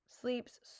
sleeps